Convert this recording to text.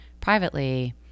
privately